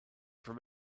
from